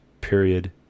period